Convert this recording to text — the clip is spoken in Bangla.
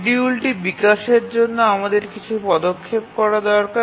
শিডিউলটি বিকাশের জন্য আমাদের কিছু পদক্ষেপ করা দরকার